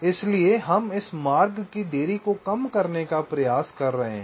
इसलिए हम इस मार्ग की देरी को कम करने का प्रयास कर रहे हैं